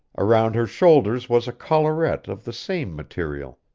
around her shoulders was a collarette of the same material.